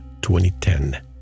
2010